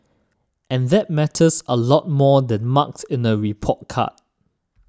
and that matters a lot more than marks in a report card